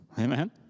amen